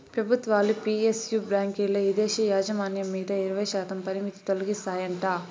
పెబుత్వాలు పి.ఎస్.యు బాంకీల్ల ఇదేశీ యాజమాన్యం మీద ఇరవైశాతం పరిమితి తొలగిస్తాయంట